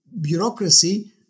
bureaucracy